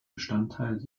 bestandteil